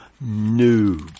new